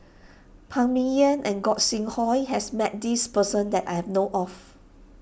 Phan Ming Yen and Gog Sing Hooi has met this person that I have know of